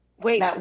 Wait